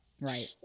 Right